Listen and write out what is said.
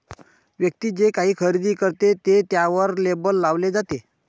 व्यक्ती जे काही खरेदी करते ते त्यावर लेबल लावले जाते